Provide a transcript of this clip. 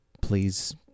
please